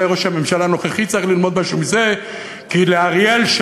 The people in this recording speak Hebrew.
אולי ראש הממשלה הנוכחי צריך ללמוד משהו מזה,